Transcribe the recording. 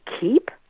keep